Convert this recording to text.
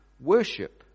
worship